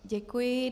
Děkuji.